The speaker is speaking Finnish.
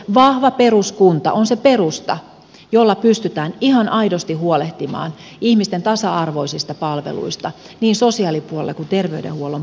vahva peruskunta on se perusta jolla pystytään ihan aidosti huolehtimaan ihmisten tasa arvoisista palveluista niin sosiaalipuolella kuin terveydenhuollon puolella